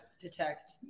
Detect